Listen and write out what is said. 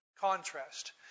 contrast